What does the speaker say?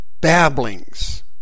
babblings